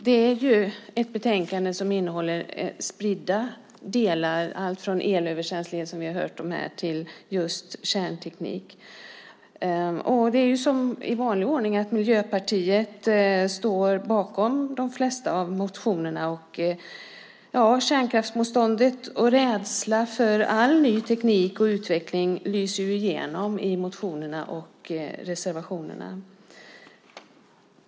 Det är ett betänkande som innehåller spridda delar som behandlar allt från elöverkänslighet, som vi har hört om här, till kärnteknik. Det är i vanlig ordning så att Miljöpartiet står bakom de flesta motionerna. Kärnkraftsmotståndet och rädsla för all ny teknik och utveckling lyser igenom i motionerna och reservationerna.